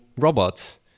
robots